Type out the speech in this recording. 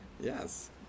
yes